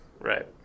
Right